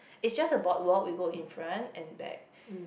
is just a boardwalk we go in front and back